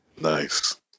Nice